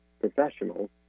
professionals